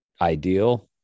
ideal